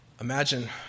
Imagine